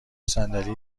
صندلی